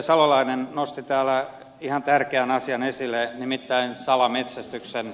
salolainen nosti täällä ihan tärkeän asian esille nimittäin salametsästyksen